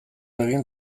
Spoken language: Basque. egin